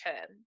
term